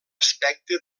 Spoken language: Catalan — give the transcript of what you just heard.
aspecte